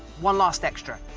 one last extra.